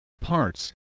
parts